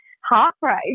heartbreak